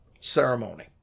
ceremony